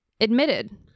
admitted